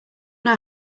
know